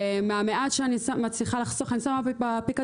ומהמעט שאני מצליחה לחסוך אני שמה בפיקדון.